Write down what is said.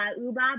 Uba